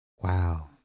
Wow